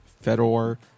Fedor